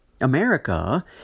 America